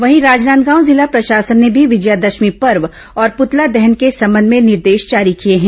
वहीं राजनांदगांव जिला प्रशासन ने भी विजयादशमी पर्व और पुतला दहन के संबंध में निर्देश जारी किए हैं